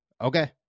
Okay